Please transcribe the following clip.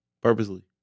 Purposely